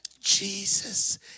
Jesus